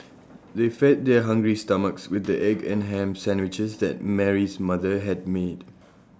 they fed their hungry stomachs with the egg and Ham Sandwiches that Mary's mother had made